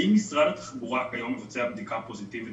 האם משרד התחבורה מבצע היום בדיקה פוזיטיבית